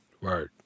Right